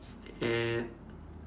and